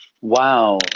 wow